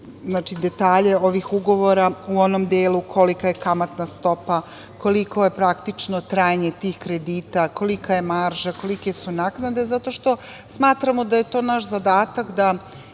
detalje ovih ugovora, u onom delu kolika je kamatna stopa, koliko je praktično trajanje tih kredita, kolika je marža, kolike su naknade, zato što smatramo da je to naš zadatak da